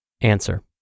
Answer